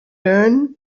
learn